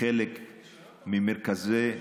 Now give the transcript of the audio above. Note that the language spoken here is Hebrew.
בחלק מה-call center,